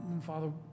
Father